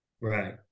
Right